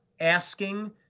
asking